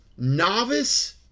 novice